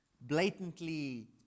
blatantly